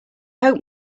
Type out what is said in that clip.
hope